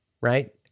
right